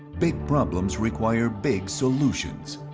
big problems require big solutions.